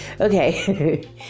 okay